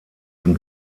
zum